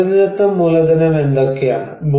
പ്രകൃതിദത്ത മൂലധനം എന്തൊക്കെയാണ്